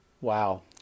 Wow